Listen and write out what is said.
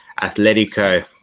atletico